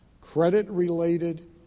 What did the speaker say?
credit-related